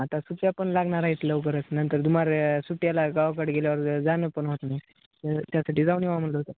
आता सुट्ट्यापण लागणार आहेत लवकरच नंतर तुम्हाला सुट्ट्याला गावाकडे गेल्यावर जाणं पण होत नाही त्यासाठी जाऊन यावं म्हणलं होतं